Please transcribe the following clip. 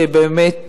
שבאמת,